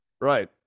Right